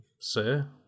sir